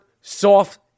soft